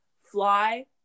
fly